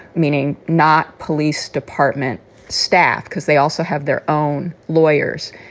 meaning not police department staff, because they also have their own lawyers.